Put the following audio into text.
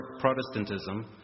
Protestantism